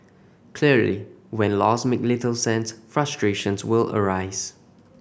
clearly when laws make little sense frustrations will arise